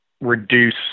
reduce